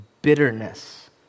bitterness